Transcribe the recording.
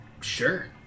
Sure